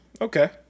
Okay